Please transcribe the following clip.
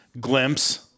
glimpse